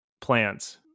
plants